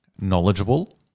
knowledgeable